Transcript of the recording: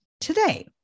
Today